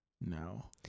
no